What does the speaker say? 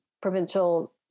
provincial